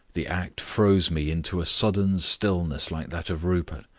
the act froze me into a sudden stillness like that of rupert,